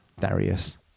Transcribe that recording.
Darius